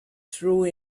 true